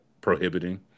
prohibiting